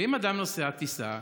ואם אדם נוסע בטיסה,